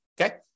okay